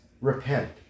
Repent